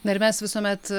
na ir mes visuomet